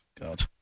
God